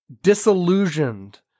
disillusioned